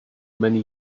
many